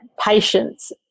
patience